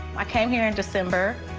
i came here in december.